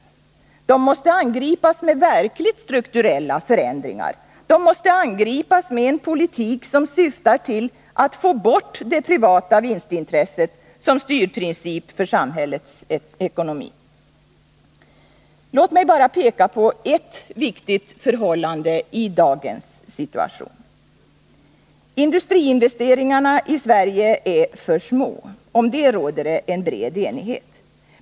Problemen måste angripas med verkligt strukturella förändringar, de måste angripas med en politik som syftar till att få bort det privata vinstintresset som styrprincip för samhällets ekonomi. Låt mig bara peka på ett viktigt förhållande i dagens situation. Industriinvesteringarna i Sverige är för små — om detta råder det en bred enighet.